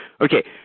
Okay